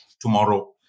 tomorrow